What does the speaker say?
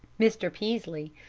mr. peaslee,